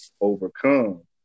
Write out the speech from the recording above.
overcome